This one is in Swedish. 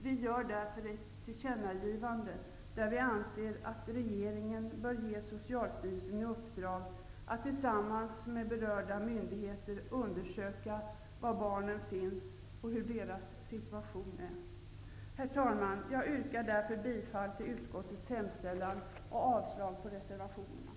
Vi gör därför ett tillkännagivande, där vi anser att regeringen bör ge Socialstyrelsen i uppdrag att tillsammans med andra berörda myndigheter undersöka var barnen finns och hur deras situation är. Herr talman! Jag yrkar därför bifall till utskottets hemställan och avslag på reservationerna.